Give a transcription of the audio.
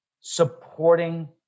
supporting